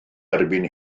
erbyn